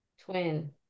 Twin